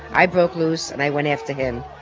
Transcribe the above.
i broke loose and i went after him.